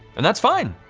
and that's fine.